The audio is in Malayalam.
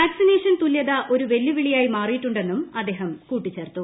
വാക്സിനേഷൻ തുല്യത ഒരു വെല്ലുവിളിയായി മാറിയിട്ടുണ്ടെന്നും അദ്ദേഹം കൂട്ടിച്ചേർത്തു